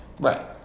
Right